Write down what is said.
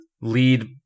lead